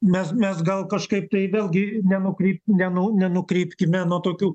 mes mes gal kažkaip tai vėlgi nenukryp nenu nenukrypkime nuo tokių